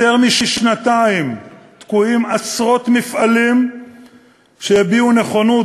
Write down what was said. יותר משנתיים תקועים עשרות מפעלים שהביעו נכונות